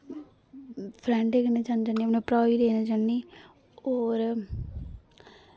फ्रैंडें कन्नै जाना चाहन्नीं अपने भ्राऊ गी लेना चाहन्नीं और